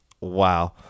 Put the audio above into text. Wow